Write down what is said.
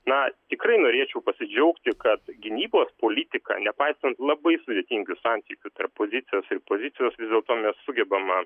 na tikrai norėčiau pasidžiaugti kad gynybos politika nepaisant labai sudėtingių santykių tarp opozicijos ir pozicijos vis dėlto mes sugebam